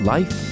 Life